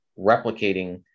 replicating